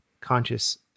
conscious